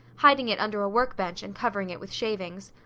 hiding it under a workbench and covering it with shavings.